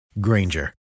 Granger